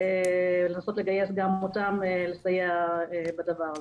לנסות לגייס גם אותם לסייע בדבר הזה.